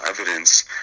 evidence